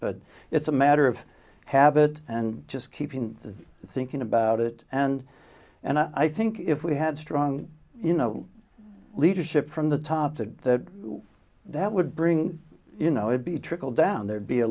but it's a matter of habit and just keeping thinking about it and and i think if we had strong you know leadership from the top to that would bring you know it be trickle down there'd be a